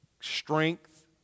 Strength